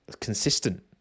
consistent